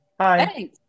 Hi